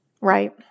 Right